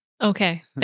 Okay